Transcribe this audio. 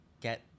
get